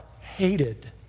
hated